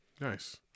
nice